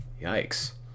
Yikes